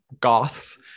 goths